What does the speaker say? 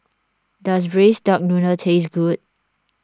does Braised Duck Noodle taste good